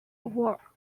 war